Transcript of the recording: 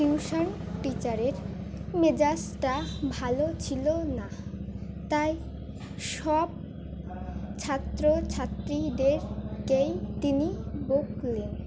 tuition টিচারের মেজাজটা ভালো ছিল না তাই সব ছাত্রছাত্রীদেরকেই তিনি বুকলেন